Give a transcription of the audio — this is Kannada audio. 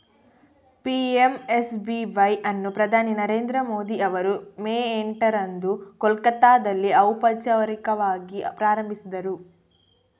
ಪಿ.ಎಂ.ಎಸ್.ಬಿ.ವೈ ಅನ್ನು ಪ್ರಧಾನಿ ನರೇಂದ್ರ ಮೋದಿ ಅವರು ಮೇ ಎಂಟರಂದು ಕೋಲ್ಕತ್ತಾದಲ್ಲಿ ಔಪಚಾರಿಕವಾಗಿ ಪ್ರಾರಂಭಿಸಿದರು